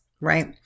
right